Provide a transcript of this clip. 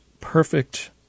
perfect